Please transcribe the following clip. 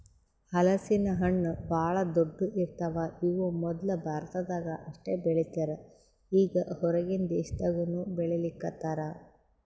ಹಲಸಿನ ಹಣ್ಣ್ ಭಾಳ್ ದೊಡ್ಡು ಇರ್ತವ್ ಇವ್ ಮೊದ್ಲ ಭಾರತದಾಗ್ ಅಷ್ಟೇ ಬೆಳೀತಿರ್ ಈಗ್ ಹೊರಗಿನ್ ದೇಶದಾಗನೂ ಬೆಳೀಲಿಕತ್ತಾರ್